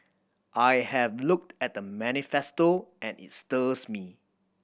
I have looked at the manifesto and it's stirs me